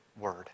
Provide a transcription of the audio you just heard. word